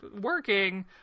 working